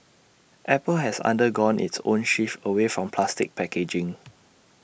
apple has undergone its own shift away from plastic packaging